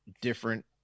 different